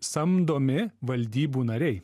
samdomi valdybų nariai